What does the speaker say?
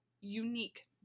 unique